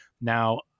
now